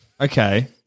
Okay